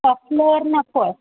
top floor नको आहे